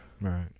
Right